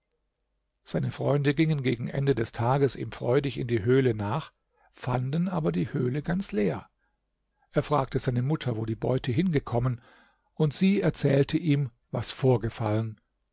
seine freunde gingen gegen ende des tages ihm freudig in die höhle nach fanden aber die höhle ganz leer er fragte seine mutter wo die beute hingekommen und sie erzählte ihm was vorgefallen